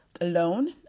alone